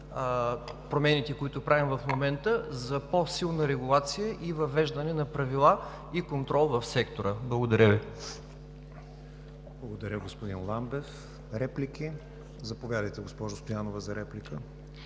промените, които правим в момента, за по-силна регулация и въвеждане на правила и контрол в сектора. Благодаря Ви. ПРЕДСЕДАТЕЛ КРИСТИАН ВИГЕНИН: Благодаря, господин Ламбев. Реплики? Заповядайте, госпожо Стоянова, за реплика.